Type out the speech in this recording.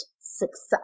success